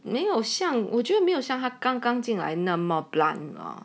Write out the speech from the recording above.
没有像我觉得没有像他刚刚进来那么 blunt orh